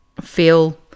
feel